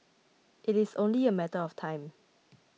it is only a matter of time